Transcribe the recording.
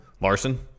Larson